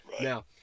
now